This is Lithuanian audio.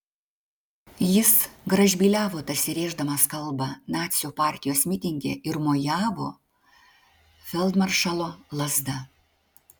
jis gražbyliavo tarsi rėždamas kalbą nacių partijos mitinge ir mojavo feldmaršalo lazda